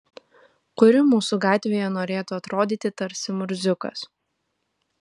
kuri mūsų gatvėje norėtų atrodyti tarsi murziukas